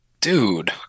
Dude